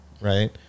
right